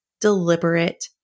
deliberate